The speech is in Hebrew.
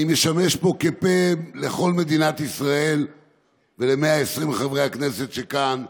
אני משמש פה כפה לכל מדינת ישראל ול-120 חברי הכנסת שכאן.